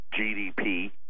GDP